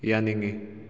ꯌꯥꯅꯤꯡꯏ